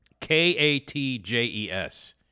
K-A-T-J-E-S